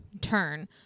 turn